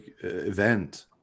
event